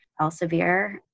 Elsevier